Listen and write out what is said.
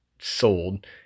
sold